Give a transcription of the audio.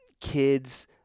kids